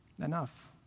enough